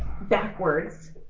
backwards